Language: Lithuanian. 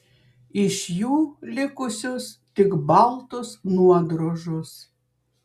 iš jų likusios tik baltos nuodrožos